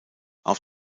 auf